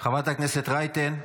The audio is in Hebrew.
חברת הכנסת רייטן?